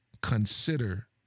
consider